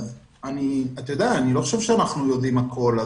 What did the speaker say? אני לא חושב שאנחנו יודעים הכול.